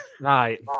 Right